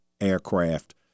aircraft